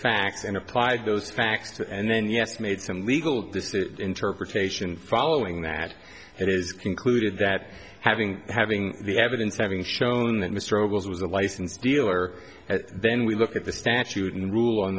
facts and applied those facts and then yes made some legal decision interpretation following that it is concluded that having having the evidence having shown that mr rove was a licensed dealer then we look at the statute and rule on